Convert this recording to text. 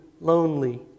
lonely